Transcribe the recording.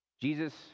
Jesus